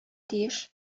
тиеш